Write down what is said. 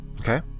Okay